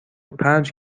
پنج